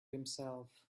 himself